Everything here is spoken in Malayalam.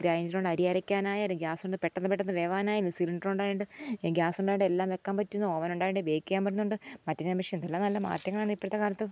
ഗ്രൈൻ്റർ ഉണ്ട് അരി അരയ്ക്കാനായാലും ഗ്യാസ് ഉണ്ട് പെട്ടെന്നു പെട്ടെന്നു വേകാനായാലും സിലിണ്ടർ ഉണ്ടായതു കൊണ്ട് ഗ്യാസ് ഉണ്ടായതു കൊണ്ട് എല്ലാം വെക്കാന് പറ്റുന്നു ഓവൻ ഉണ്ടായതു കൊണ്ട് ബേക്ക് ചെയ്യാന് പറ്റുന്നുണ്ട് മറ്റിന മഷീന് എന്തെല്ലാം നല്ല മാറ്റങ്ങളാണിന്ന് ഇപ്പോഴത്തെ കാലത്ത്